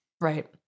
Right